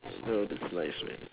oh that's nice man